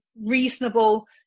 reasonable